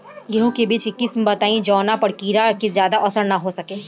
गेहूं के बीज के किस्म बताई जवना पर कीड़ा के ज्यादा असर न हो सके?